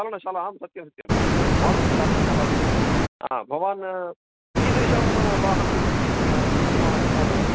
चालनशाला आम् सत्य सत्यं मारुती चालनशाला अस्ति भवान् कीदृशं वाहनं स्वीकृतवान् अस्ति महोदय